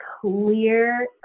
clear